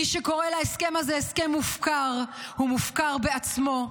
מי שקורא להסכם הזה הסכם מופקר הוא מופקר בעצמו,